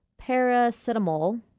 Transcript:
paracetamol